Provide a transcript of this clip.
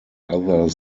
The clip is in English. other